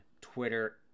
Twitter